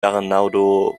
bernardo